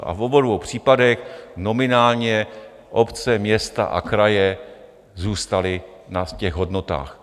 V obou dvou případech nominálně obce, města a kraje zůstaly na těch hodnotách.